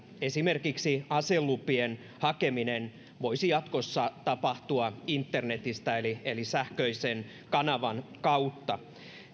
esimerkiksi aselupien hakeminen voisi jatkossa tapahtua internetissä eli eli sähköisen kanavan kautta